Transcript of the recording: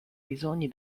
bisogni